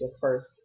first